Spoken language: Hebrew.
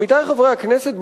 עמיתי חברי הכנסת,